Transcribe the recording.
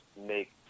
make